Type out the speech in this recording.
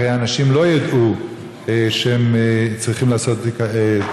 הרי אנשים לא ידעו שהם צריכים לעשות מינוי מיוחד.